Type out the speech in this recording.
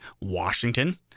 Washington